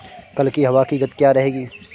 कल की हवा की गति क्या रहेगी?